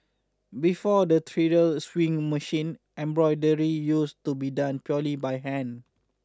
before the treadle sewing machine embroidery used to be done purely by hand